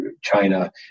China